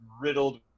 riddled